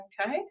okay